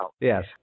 Yes